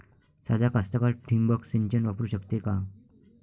सादा कास्तकार ठिंबक सिंचन वापरू शकते का?